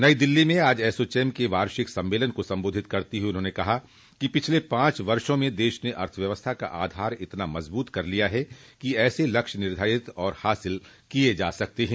नई दिल्ली में आज एसोचम के वार्षिक सम्मेलन को संबोधित करते हुए उन्होंने कहा कि पिछले पांच वर्षो मे देश ने अर्थव्यवस्था का आधार इतना मजबूत कर लिया है कि ऐसे लक्ष्य निर्धारित और हासिल किये जा सकते हैं